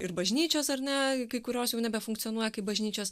ir bažnyčios ar ne kai kurios jau nebefunkcionuoja kaip bažnyčios